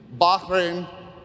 Bahrain